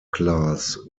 class